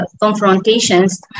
confrontations